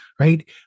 right